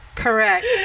Correct